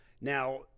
now